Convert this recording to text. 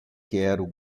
quero